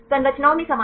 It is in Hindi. संरचनाओं में समानता